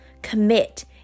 Commit